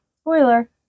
Spoiler